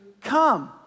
come